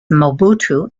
mobutu